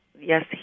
yes